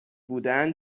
بودن